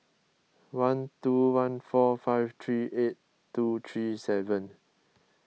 one two one four five three eight two three seven